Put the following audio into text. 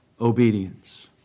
obedience